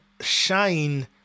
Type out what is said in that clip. shine